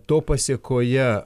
to pasėkoje